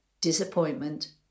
disappointment